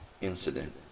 incident